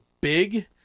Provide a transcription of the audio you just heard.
big